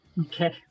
okay